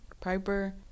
Piper